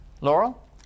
Laurel